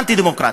אנטי-דמוקרטית.